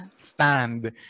Stand